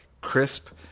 crisp